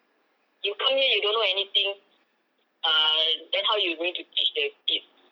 you come here you don't know anything uh then how you going to teach the kids